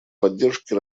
поддержке